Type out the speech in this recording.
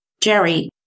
Jerry